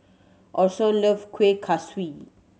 Orson love Kuih Kaswi